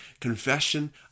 confession